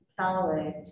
solid